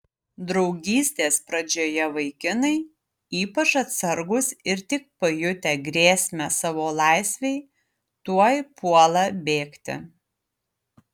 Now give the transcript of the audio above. draugystės pradžioje vaikinai ypač atsargūs ir tik pajutę grėsmę savo laisvei tuoj puola bėgti